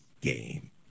game